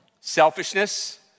selfishness